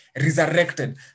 resurrected